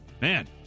Man